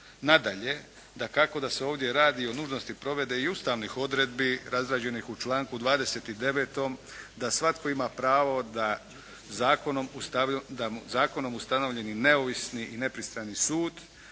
Nadalje, dakako da se ovdje radi o nužnosti provedbe i ustavnih odredbi razrađenih u članku 29. da svatko ima pravo da zakonom ustanovljeni neovisni i nepristrani sud,